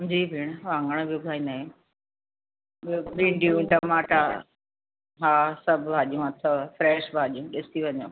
जी भेण हा हाणे बि उगाईंदायूं ॿियो भींडियूं टमाटा हा सभु भाॼियूं अथव फ्रेश भाॼियूं ॾिसी वञो